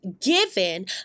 given